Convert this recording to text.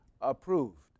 approved